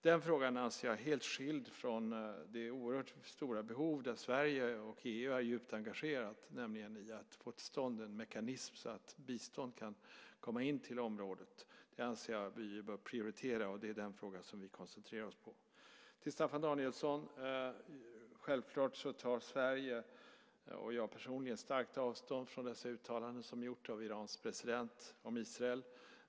Den frågan anser jag vara helt skild från det oerhört stora behov där Sverige och EU är djupt engagerade, nämligen av att få till stånd en mekanism så att bistånd kan komma in till området. Det anser jag att vi behöver prioritera. Det är den frågan vi koncentrerar oss på. Till Staffan Danielsson vill jag säga att Sverige och jag personligen självklart tar starkt avstånd ifrån de uttalanden som har gjorts av Irans president om Israel.